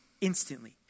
instantly